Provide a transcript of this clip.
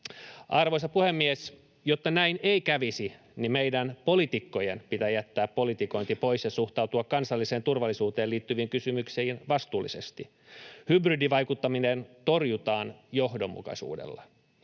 Arvoisa puhemies! Jotta näin ei kävisi, meidän poliitikkojen pitää jättää politikointi pois ja suhtautua kansalliseen turvallisuuteen liittyviin kysymyksiin vastuullisesti. Hybridivaikuttaminen torjutaan johdonmukaisuudella.